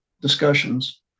discussions